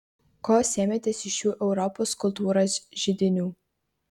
ko sėmėtės iš šių europos kultūros židinių